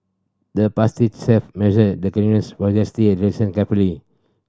the pastry chef measured the grins for a zesty addressing carefully